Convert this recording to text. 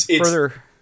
further